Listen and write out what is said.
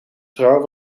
trouw